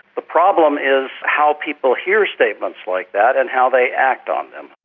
the problem is how people hear statements like that and how they act on them.